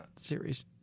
series